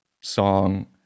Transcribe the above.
song